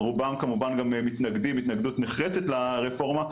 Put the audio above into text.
רובה כמובן גם מתנגדים התנגדות נחרצת לרפורמה,